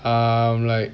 err like